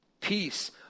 Peace